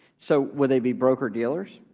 so would they be broker dealers?